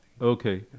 Okay